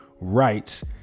rights